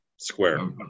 Square